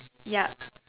yup